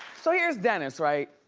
so here's dennis, right?